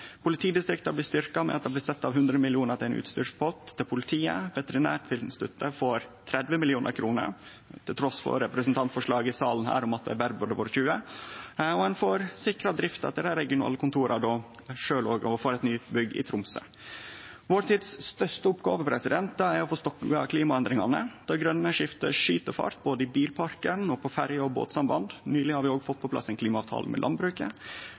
blir styrkte ved at det blir sett av 100 mill. kr til ein utstyrspott til politiet. Veterinærinstituttet får 30 mill. kr, til tross for representantforslag i salen om at det berre burde vore 20 mill. kr. Ein får då sikra drifta til dei regionale kontora og får òg eit nybygg i Tromsø. Vår tids største oppgåve er å få stogga klimaendringane. Det grøne skiftet skyt fart både i bilparken og på ferje- og båtsamband. Nyleg har vi òg fått på plass ein klimaavtale med landbruket.